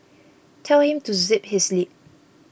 tell him to zip his lip